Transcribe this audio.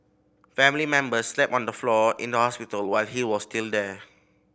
family members slept on the floor in the hospital while he was still there